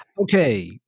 Okay